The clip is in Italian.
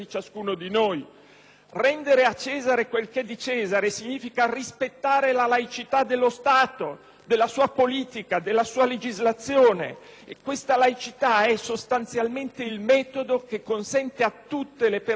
«Rendere a Cesare quel che è di Cesare» significa rispettare la laicità dello Stato, della sua politica, della sua legislazione. Questa laicità è sostanzialmente il metodo che consente a tutte le persone di buona volontà